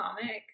comic